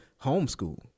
homeschool